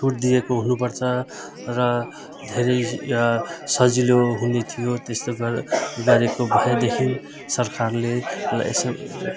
छुट दिएको हुनुपर्छ र धेरै सजिलो हुने थियो त्यस्तो गर् गरेको भएदेखि सरकारले यसो